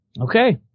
Okay